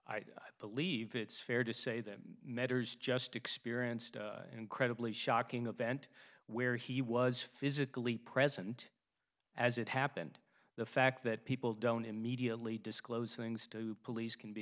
i believe it's fair to say that metters just experienced incredibly shocking event where he was physically present as it happened the fact that people don't immediately disclose things to police can be